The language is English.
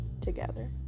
together